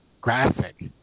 Graphic